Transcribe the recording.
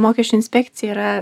mokesčių inspekcija yra